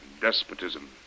despotism